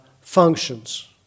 functions